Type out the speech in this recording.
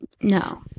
no